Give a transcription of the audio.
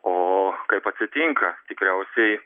o kaip atsitinka tikriausiai